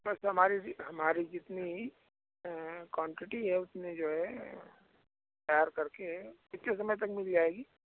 बस हमारी जी हमारी जितनी क्वान्टिटी है उतनी जो है तैयार करके किते समय तक मिल जाएगी